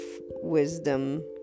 wisdom